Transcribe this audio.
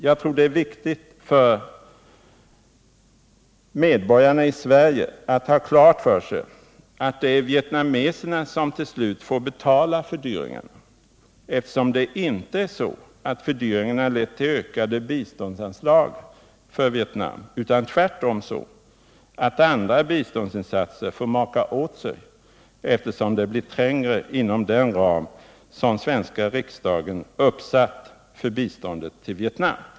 Jag tror det är viktigt för medborgarna i Sverige att ha klart för sig att det är vietnameserna som till slut får betala fördyringarna — eftersom det inte är så att fördyringarna lett till ökade biståndsanslag för Vietnam, utan tvärtom så att andra biståndsinsatser får maka åt sig, då det blir trängre inom den ram som svenska riksdagen uppsatt för biståndet till Vietnam.